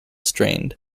strained